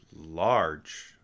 large